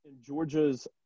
Georgia's